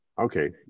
Okay